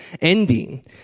ending